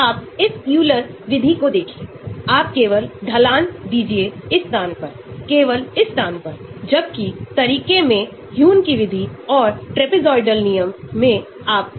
जबकि इलेक्ट्रॉन वापस ले रहा है जबकि इलेक्ट्रॉन प्रमुख रेजोनेंस प्रभाव का दान कर रहा है प्रेरक प्रभाव मामूली है